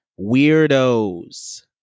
Weirdos